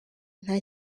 nta